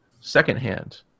secondhand